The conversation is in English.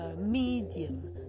medium